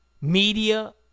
media